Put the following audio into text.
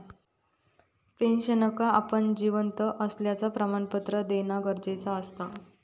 पेंशनरका आपण जिवंत असल्याचा प्रमाणपत्र देना गरजेचा असता